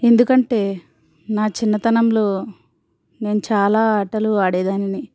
ఎందుకంటే నా చిన్నతనంలో నేను చాలా ఆటలు ఆడేదానిని